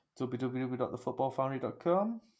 www.thefootballfoundry.com